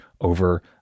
over